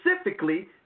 specifically